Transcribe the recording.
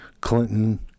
Clinton